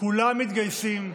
כולם מתגייסים,